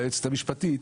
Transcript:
היועצת המשפטית.